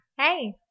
Hey